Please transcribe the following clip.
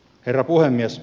herra puhemies